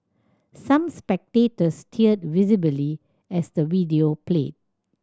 some spectators teared visibly as the video played